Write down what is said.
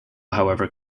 however